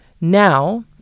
now